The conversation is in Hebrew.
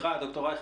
סליחה, ד"ר רייכר.